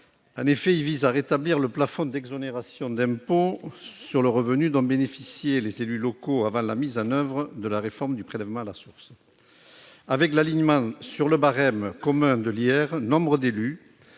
En effet, il vise à rétablir le plafond d'exonération d'impôt sur le revenu dont bénéficiaient les élus locaux avant la mise en oeuvre de la réforme du prélèvement à la source. Du fait de l'alignement sur le barème commun de l'impôt sur